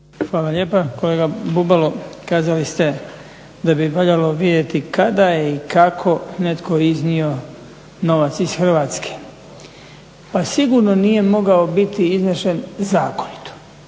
Hvala lijepa. Kolega Bubalo, kazali ste da bi voljeli vidjeti kada je i kako netko iznio novac iz Hrvatske. A sigurno nije mogao biti iznešen zakonito,